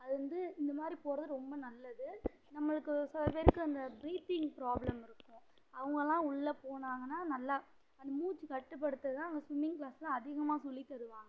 அது வந்து இந்தமாதிரி போகிறது ரொம்ப நல்லது நம்மளுக்கு சில பேருக்கு அந்த ப்ரீத்திங் ப்ராப்ளம் இருக்கும் அவங்கள்லாம் உள்ளே போனாங்கனால் நல்லா அந்த மூச்சு கட்டுப்படுத்துறது தான் அங்கே ஸ்விம்மிங் க்ளாஸில் அதிகமாக சொல்லித் தருவாங்க